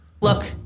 look